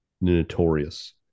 Notorious